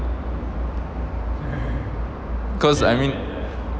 cause I mean